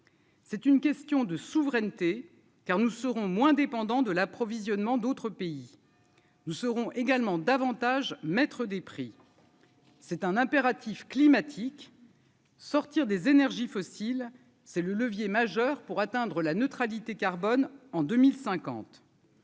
C'est une question de souveraineté car nous serons moins dépendants de l'approvisionnement d'autres pays, nous serons également davantage mettre des prix, c'est un impératif climatique : sortir des énergies fossiles, c'est le levier majeur pour atteindre la neutralité carbone en 2050.